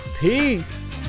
Peace